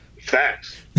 Facts